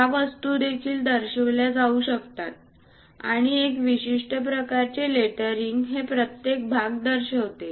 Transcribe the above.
त्या वस्तू देखील दर्शवल्या जाऊ शकतात आणि एक विशिष्ट प्रकारचे लेटरिंग हे प्रत्येक भाग दर्शवते